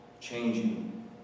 changing